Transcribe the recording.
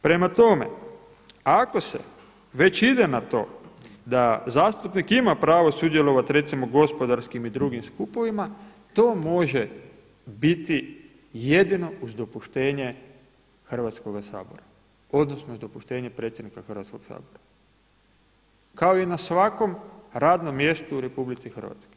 Prema tome ako se već ide na to da zastupnik ima pravo sudjelovati recimo u gospodarskim i drugim skupovima to može biti jedino uz dopuštenje Hrvatskoga sabora odnosno uz dopuštenje predsjednika Hrvatskoga sabora, kao i na svakom radnom mjestu u RH.